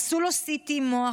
עשו לו CT מוח,